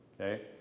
Okay